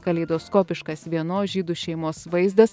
kaleidoskopiškas vienos žydų šeimos vaizdas